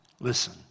listen